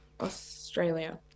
Australia